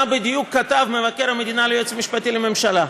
בדיוק כתב מבקר המדינה ליועץ המשפטי לממשלה.